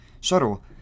shuttle